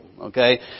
okay